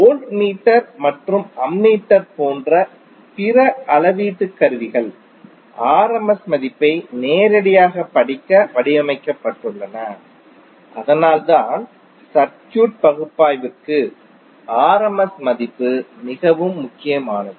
voltmeter மற்றும் ammeter போன்ற பிற அளவீட்டு கருவிகள் rms மதிப்பை நேரடியாகப் படிக்க வடிவமைக்கப்பட்டுள்ளன அதனால்தான் சர்க்யூட் பகுப்பாய்விற்கு rms மதிப்பு மிகவும் முக்கியமானது